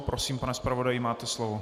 Prosím, pane zpravodaji, máte slovo.